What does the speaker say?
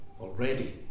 already